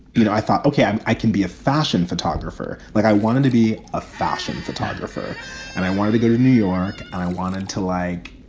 you know, i thought, ok, i i can be a fashion photographer. like, i wanted to be a fashion photographer and i wanted to go to new york and i wanted to, like,